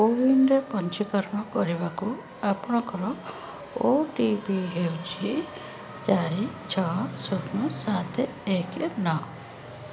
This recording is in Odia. କୋୱିନ୍ରେ ପଞ୍ଜୀକରଣ କରିବାକୁ ଆପଣଙ୍କର ଓ ଟି ପି ହେଉଛି ଚାରି ଛଅ ଶୂନ ସାତ ଏକ ନଅ